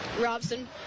Robson